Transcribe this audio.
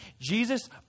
Jesus